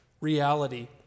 reality